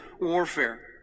warfare